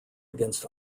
against